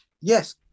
Yes